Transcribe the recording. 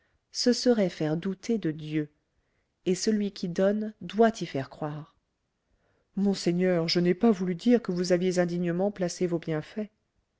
ce serait faire douter de dieu et celui qui donne doit y faire croire monseigneur je n'ai pas voulu dire que vous aviez indignement placé vos bienfaits